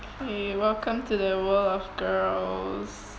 !yay! welcome to the world of girls